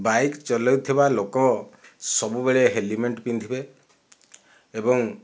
bike ଚଲୋଉଥିବା ଲୋକ ସବୁବେଳେ ହେଲମେଟ ପିନ୍ଧିବେ ଏବଂ